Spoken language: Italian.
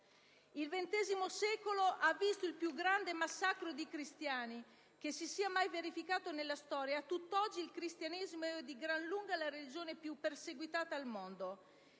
Il XX secolo ha visto il più grande massacro di cristiani che si sia mai verificato nella storia e, a tutt'oggi, il Cristianesimo è di gran lunga la religione più perseguitata al mondo.